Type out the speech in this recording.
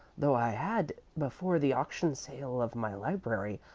though i had, before the auction sale of my library,